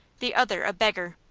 the other a beggar!